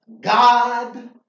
God